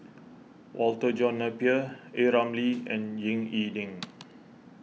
Walter John Napier A Ramli and Ying E Ding